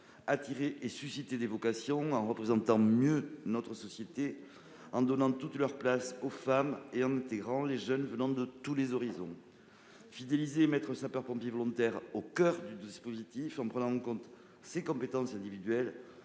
attirer et susciter des vocations, en représentant mieux notre société, en donnant toute leur place aux femmes et en intégrant les jeunes de tous les horizons ; fidéliser les sapeurs-pompiers volontaires et les mettre au coeur du dispositif, en prenant en compte leurs compétences individuelles,